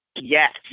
Yes